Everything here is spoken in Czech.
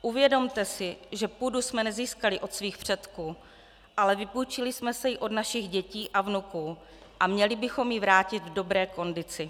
Uvědomte si, že půdu jsme nezískali od svých předků, ale vypůjčili jsme si ji od našich dětí a vnuků a měli bychom ji vrátit v dobré kondici.